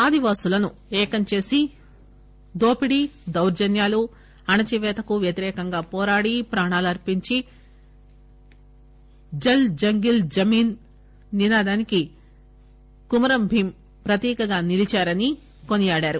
ఆదివాసులను ఏకం చేసి దోపిడీ దౌర్జన్యాలు అణచిపేతకు వ్యతిరేకంగా పోరాడి ప్రాణాలర్పించి జల్ జంగిల్ జమీన్ నినాదానికి కుమురం భీం ప్రతీకగా నిలిచాడని కొనియాడారు